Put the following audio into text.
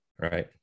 right